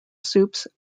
soups